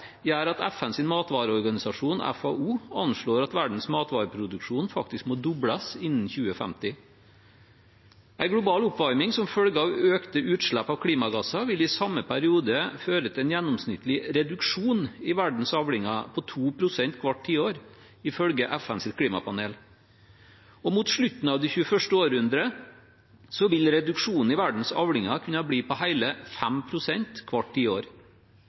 gjør at FNs matvareorganisasjon, FAO, anslår at verdens matvareproduksjon faktisk må dobles innen 2050. En global oppvarming som følge av økte utslipp av klimagasser vil i samme periode føre til en gjennomsnittlig reduksjon i verdens avlinger på 2 pst. hvert tiår, ifølge FNs klimapanel. Mot slutten av det 21. århundre vil reduksjonen i verdens avlinger kunne bli på hele 5 pst. hvert